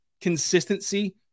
consistency